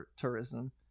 tourism